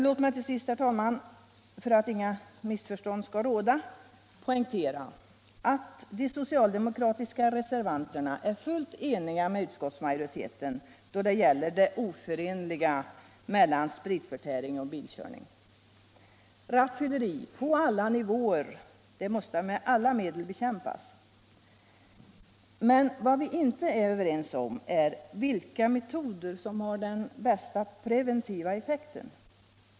Låt mig till sist, herr talman — för att inga missförstånd skall råda — poängtera att de socialdemokratiska reservanterna är fullt eniga med utskottsmajoriteten då det gäller det oförenliga mellan spritförtäring och bilkörning. Rattfylleri, på alla nivåer, måste med alla medel bekämpas. Men vad vi inte är överens om är vilka metoder som har den bästa preventiva effekten.